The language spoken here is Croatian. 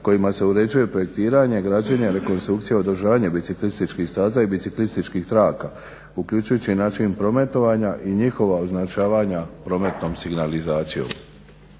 kojima se uređuje projektiranje građenja, rekonstrukcije, održavanja biciklističkih staza i biciklističkih traka uključujući i način prometovanja i njihova označavanja prometnom signalizacijom.